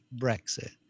Brexit